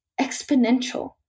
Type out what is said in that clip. exponential